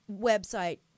website